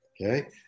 Okay